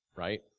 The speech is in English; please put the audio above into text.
Right